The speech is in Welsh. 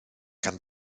gan